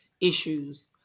issues